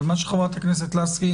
אבל מה שחברת הכנסת לסקי